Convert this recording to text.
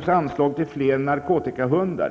större anslag till fler narkotikahundar.